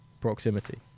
proximity